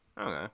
Okay